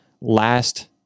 last